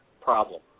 problem